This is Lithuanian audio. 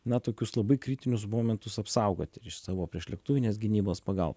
na tokius labai kritinius momentus apsaugoti ir iš savo priešlėktuvinės gynybos pagal